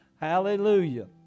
Hallelujah